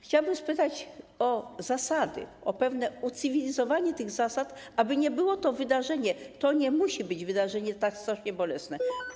Chciałabym zapytać o zasady, o pewne ucywilizowanie tych zasad, aby nie było to wydarzenie - to nie musi być takie wydarzenie - tak strasznie bolesne.